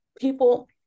People